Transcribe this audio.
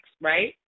right